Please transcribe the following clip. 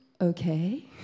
okay